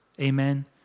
amen